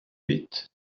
bet